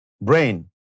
brain